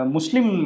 Muslim